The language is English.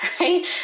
right